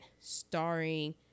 starring